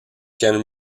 can